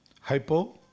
hypo